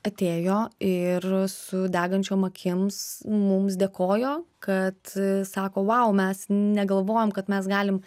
atėjo ir su degančiom akims mums dėkojo kad sako vau mes negalvojom kad mes galim